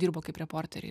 dirbo kaip reporteriai